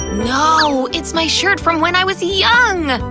no, it's my shirt from when i was young!